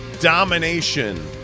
domination